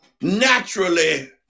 naturally